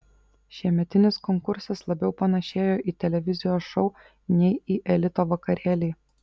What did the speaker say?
šiemetinis konkursas labiau panašėjo į televizijos šou nei į elito vakarėlį